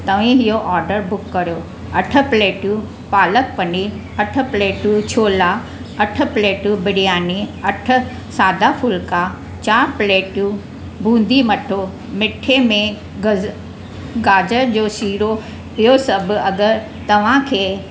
तव्हीं हीअ order book करियो अठ प्लेटूं पालक पनीर अठ प्लेटूं छोला अठ प्लेटूं बिरयानी अठ सादा फुल्का चार प्लेटूं बूंदी मठो मिठे में गज गाजर जो सीरो इहो सभु अगरि तव्हांखे